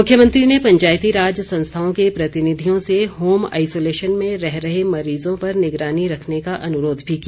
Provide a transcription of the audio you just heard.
मुख्यमंत्री ने पंचायती राज संस्थाओं के प्रतिनिधियों से होम आईसोलेशन में रह रहे मरीजों पर निगरानी रखने का अनुरोध भी किया